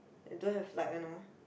I don't have like a know